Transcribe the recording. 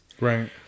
Right